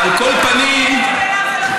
יכול להיות שבעיניו זה לא תקין.